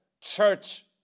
church